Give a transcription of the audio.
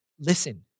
listen